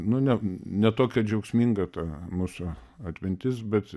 nu ne ne tokia džiaugsminga ta mūsų atmintis bet